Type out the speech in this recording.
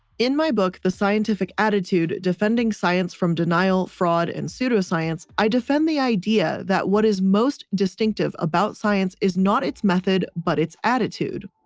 in my book, the scientific attitude, defending science from denial, fraud and pseudoscience, i defend the idea that what is most distinctive about science is not its method, but its attitude.